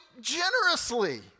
generously